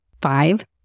five